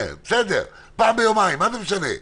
פעם ביומיים, מה זה משנה.